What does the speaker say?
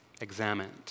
examined